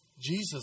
Jesus